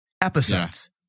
episodes